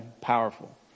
Powerful